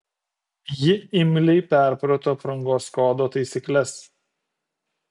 ji imliai perprato aprangos kodo taisykles